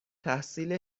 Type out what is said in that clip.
تحصیل